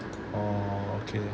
orh okay